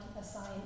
assign